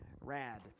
rad